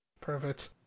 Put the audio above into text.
Perfect